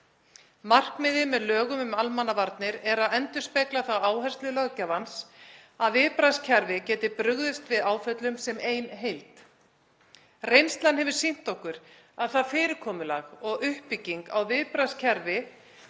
Markmiðið með lögum um almannavarnir er að endurspegla þá áherslu löggjafans að viðbragðskerfið geti brugðist við áföllum sem ein heild. Reynslan hefur sýnt okkur að það fyrirkomulag og uppbygging á viðbragðskerfi